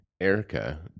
Erica